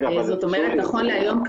נכון להיום,